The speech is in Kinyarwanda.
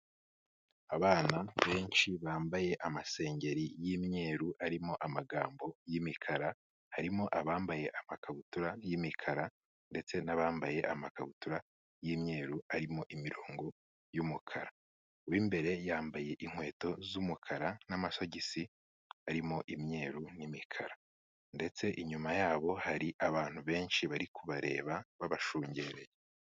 Abana benshi bambaye amasengeri y'imyeru arimo amagambo y'imikara, harimo abambaye amakabutura y'imikara ndetse n'abambaye amakabutura y'imyeru arimo imirongo y'umukara. Uw'imbere yambaye inkweto z'umukara n'amasogisi arimo imyeru n'imikara ndetse inyuma yabo hari abantu benshi bari kubareba babashungereye.